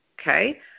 Okay